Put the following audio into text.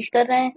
कोशिश कर रहे हैं